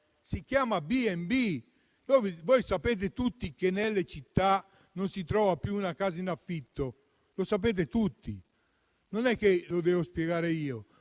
si chiama B&B. Sapete tutti che nelle città non si trova più una casa in affitto. Lo sapete tutti. Non lo devo spiegare io.